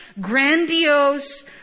grandiose